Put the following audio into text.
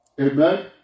amen